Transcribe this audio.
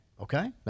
okay